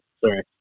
Sorry